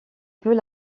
peut